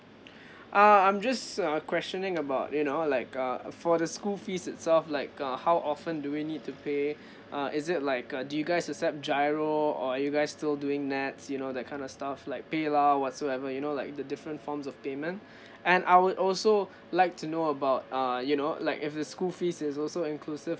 uh I'm just uh questioning about you know like uh uh for the school fees itself like uh how often do we need to pay err is it like uh do you guys accept G_I_R_O or are you guys still doing N_E_T_S you know that kind of stuff like paylah whatsoever you know like the different forms of payment and I would also like to know about uh you know like if the school fees is also inclusive